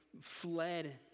fled